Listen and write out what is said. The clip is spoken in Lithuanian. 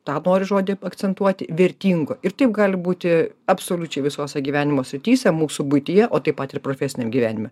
tą noriu žodį akcentuoti vertingo ir taip gali būti absoliučiai visose gyvenimo srityse mūsų buityje o taip pat ir profesiniam gyvenime